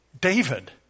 David